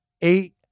Eight